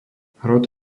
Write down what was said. hrot